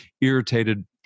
irritated